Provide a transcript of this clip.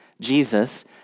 Jesus